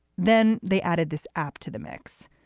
then they added this app to the mix.